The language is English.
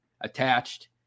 attached